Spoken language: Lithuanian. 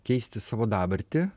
keisti savo dabartį